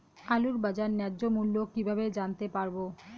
আলুর বাজার ন্যায্য মূল্য কিভাবে জানতে পারবো?